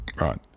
Right